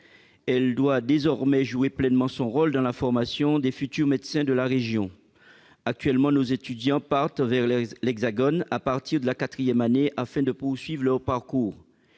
Elle doit désormais jouer pleinement son rôle dans la formation des futurs médecins de la région. Actuellement, nos étudiants partent vers l'Hexagone à partir de la quatrième année, afin de poursuivre leur parcours.